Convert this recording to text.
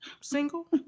Single